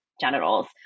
genitals